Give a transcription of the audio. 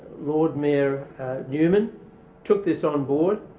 lord mayor newman took this on board,